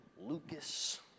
Lucas